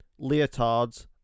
leotards